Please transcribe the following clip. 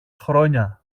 χρόνια